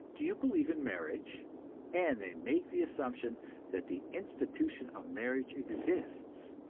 do you believe in marriage and they make the assumption that the institution of marriage exists,